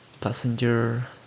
passenger